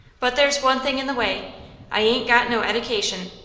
but there's one thing in the way i ain't got no eddication.